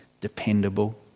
dependable